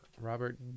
Robert